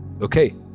Okay